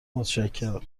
متشکرم